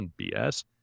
BS